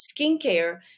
skincare